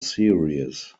series